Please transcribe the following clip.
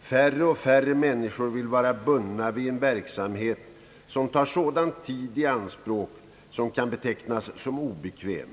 Färre och färre människor vill vara bundna vid en verksamhet som tar sådan tid i anspråk, som kan betecknas som obekväm.